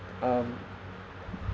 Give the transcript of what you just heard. um